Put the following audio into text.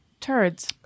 turds